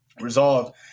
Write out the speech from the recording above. resolved